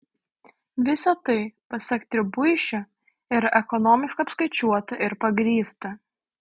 visa tai pasak tribuišio yra ekonomiškai apskaičiuota ir pagrįsta